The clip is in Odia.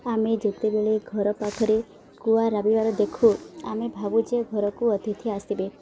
ଆମେ ଯେତେବେଳେ ଘର ପାଖରେ କୁଆ ରାବିବାର ଦେଖୁ ଆମେ ଭାବୁଛେ ଘରକୁ ଅତିଥି ଆସିବେ